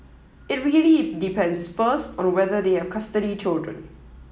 it really depends first on whether they have custody children